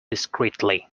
discreetly